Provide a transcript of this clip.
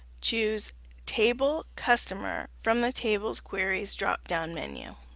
choose table customer from the tables queries drop-down menu.